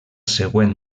següent